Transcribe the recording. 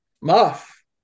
Muff